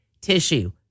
tissue